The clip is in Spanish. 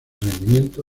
rendimiento